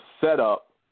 setup